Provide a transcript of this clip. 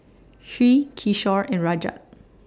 Hri Kishore and Rajat